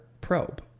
probe